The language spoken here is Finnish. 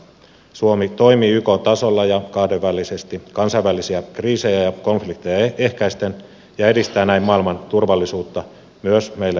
suomi toimii yk tasolla ja kahdenvälisesti kansainvälisiä kriisejä ja konflikteja ehkäisten ja edistää näin maailman turvallisuutta myös meille suomalaisille